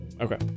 Okay